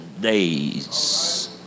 days